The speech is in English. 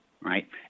right